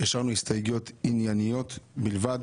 - נשארו הסתייגויות ענייניות בלבד.